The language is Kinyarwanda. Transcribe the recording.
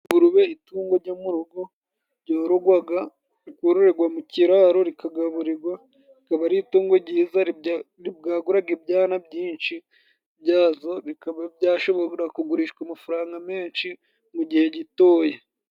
Ingurube itungo ryo mu rugo ryororwa rikororerwa mu kiraro, rikagaburirwa rikaba ari itungo ryiza ribwagura ibyana byinshi byazo, bikaba byashobora kugurishwa amafaranga menshi mu gihe gitoya.